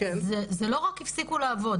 זה לא רק הפסיקו לעבוד.